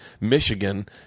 Michigan